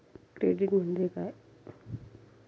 Credit म्हणजे काय?